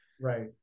Right